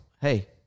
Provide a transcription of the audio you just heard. hey